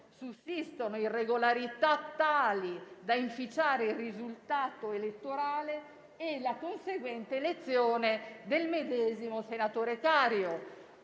sussistono irregolarità tali da inficiare il risultato elettorale e la conseguente elezione del medesimo senatore Cario».